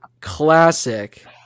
classic